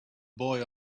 boy